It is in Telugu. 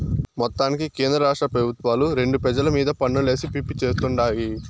మొత్తానికి కేంద్రరాష్ట్ర పెబుత్వాలు రెండు పెజల మీద పన్నులేసి పిప్పి చేత్తుండాయి